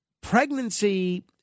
pregnancy